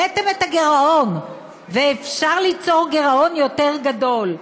ואם אתם העליתם את הגירעון ואפשר ליצור גירעון יותר גדול,